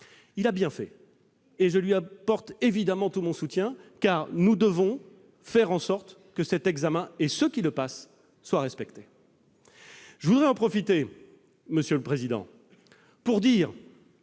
Il a bien fait, et je lui apporte évidemment tout mon soutien, car nous devons faire en sorte que cet examen et ceux qui le passent soient respectés. Je profite de l'occasion qui m'est donnée pour dire